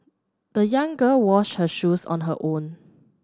the young girl washed her shoes on her own